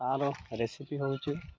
ତା'ର ରେସିପି ହେଉଛି